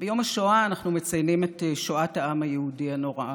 ביום השואה אנחנו מציינים את שואת העם היהודי הנוראה.